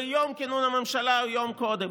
ביום כינון הממשלה או יום קודם.